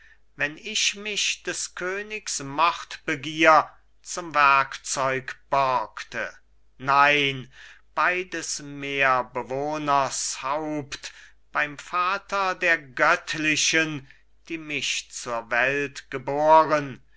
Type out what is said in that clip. wenn ich mich des königs mordbegier zum werkzeug borgte nein bei des meerbewohners haupt beim vater der göttlichen die mich zur welt geboren